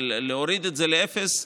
אבל להוריד את זה לאפס אי-אפשר,